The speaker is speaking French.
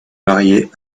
marié